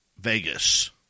Vegas